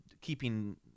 keeping